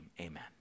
amen